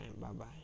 Bye-bye